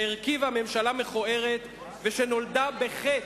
שהרכיבה ממשלה מכוערת ושנולדה בחטא.